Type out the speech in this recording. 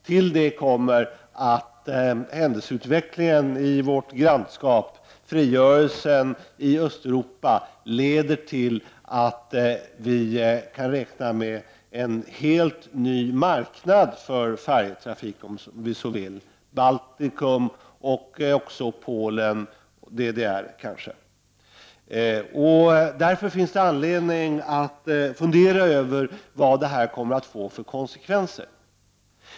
Till detta kommer att händelseutvecklingen i vårt grannskap, frigörelsen i Östeuropa, leder till att vi, om vi så vill, kan räkna med en helt ny marknad för färjetrafiken, nämligen Baltikum, Polen och kanske DDR. Det finns därför anledning att fundera över vad detta kommer att få för konsekvenser.